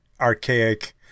archaic